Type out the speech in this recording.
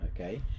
Okay